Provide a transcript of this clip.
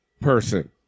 person